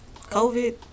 COVID